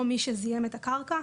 או מי שזיהם את הקרקע.